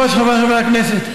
חבריי חברי הכנסת,